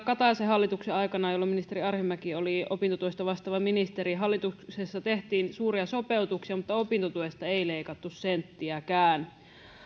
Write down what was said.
kataisen hallituksen aikana jolloin ministeri arhinmäki oli opintotuesta vastaava ministeri hallituksessa tehtiin suuria sopeutuksia mutta opintotuesta ei leikattu senttiäkään